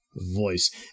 voice